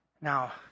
Now